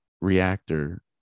reactor